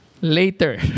later